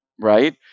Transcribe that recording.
right